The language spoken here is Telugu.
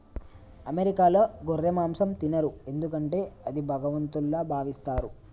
అమెరికాలో గొర్రె మాంసం తినరు ఎందుకంటే అది భగవంతుల్లా భావిస్తారు